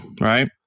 right